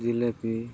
ᱡᱷᱤᱞᱟᱹᱯᱤ